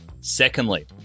Secondly